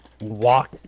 walk